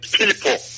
people